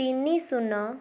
ତିନି ଶୂନ